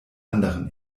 anderen